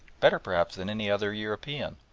better perhaps than any other european,